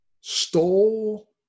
stole